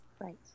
Right